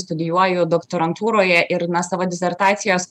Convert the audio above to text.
studijuoju doktorantūroje ir na savo disertacijos